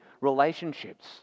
relationships